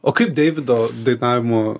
o kaip deivido dainavimo